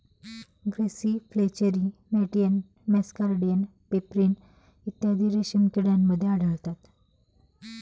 grasserie flacherie मॅटियन muscardine pebrine इत्यादी रेशीम किड्यांमध्ये आढळतात